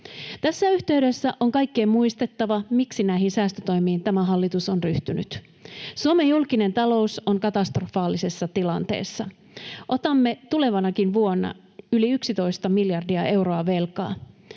Tässä yhteydessä on kaikkien muistettava, miksi näihin säästötoimiin tämä hallitus on ryhtynyt. Suomen julkinen talous on katastrofaalisessa tilanteessa. Otamme tulevanakin vuonna yli 11 miljardia euroa velkaa.